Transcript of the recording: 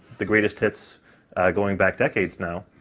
the greatest hits going back decades now,